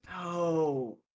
No